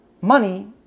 money